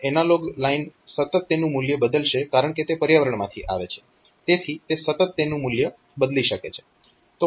તો analogue line સતત તેનું મૂલ્ય બદલશે કારણકે તે પર્યાવરણમાંથી આવે છે તેથી તે સતત તેનું મૂલ્ય બદલી શકે છે